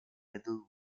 middle